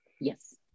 Yes